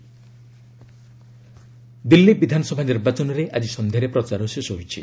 Delhi campaign Delhi ବିଧାନସଭା ନିର୍ବାଚନରେ ଆଜି ସନ୍ଧ୍ୟାରେ ପ୍ରଚାର ଶେଷ ହୋଇଛି